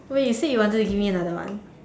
wait you say you wanted to give me another one